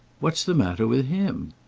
what's the matter with him?